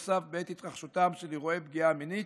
סף בעת התרחשותם של אירועי פגיעה מינית.